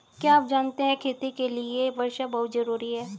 क्या आप जानते है खेती के लिर वर्षा बहुत ज़रूरी है?